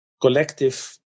collective